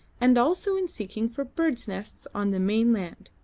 and also in seeking for bird's nests on the mainland.